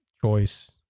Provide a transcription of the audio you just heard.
choice